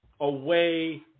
away